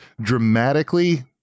dramatically